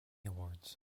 awards